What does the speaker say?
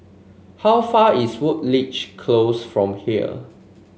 how far is Woodleigh Close from here